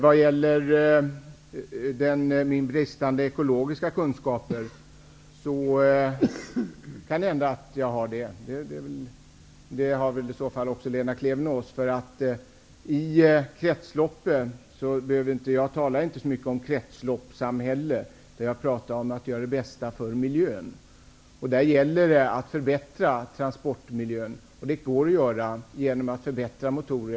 Lena Klevenås säger att jag har bristande ekologiska kunskaper. Det kan hända. Det har väl i så fall också Lena Klevenås. Jag talar inte så mycket om ett kretsloppssamhälle. Jag talar om att göra det bästa för miljön. Det gäller att förbättra transportmiljön. Det går att göra genom att förbättra motorer.